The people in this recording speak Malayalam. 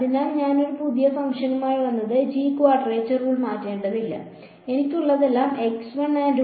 അതിനാൽ ഞാൻ ഒരു പുതിയ ഫംഗ്ഷനുമായി വന്നാൽ g ക്വാഡ്രേച്ചർ റൂൾ മാറ്റേണ്ടതില്ല എനിക്കുള്ളതെല്ലാം and t